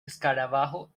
escarabajo